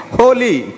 holy